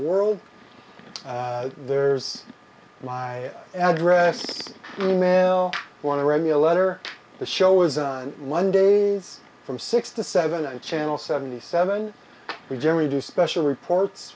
world there's my address email want to read me a letter the show is on mondays from six to seven and channel seventy seven we generally do special reports